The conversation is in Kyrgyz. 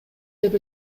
деп